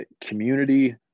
Community